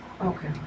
Okay